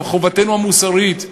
גם חובתנו המוסרית,